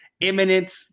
imminent